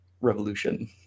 Revolution